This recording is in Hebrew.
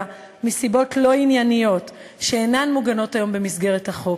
מסיבות לא ענייניות שאינן מוגנות היום במסגרת החוק.